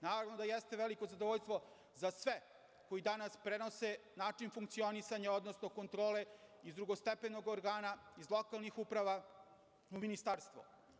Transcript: Naravno da jeste veliko zadovoljstvo za sve koji danas prenose način funkcionisanja, odnosno kontrole iz drugostepenog organa, iz lokalnih uprava u ministarstvo.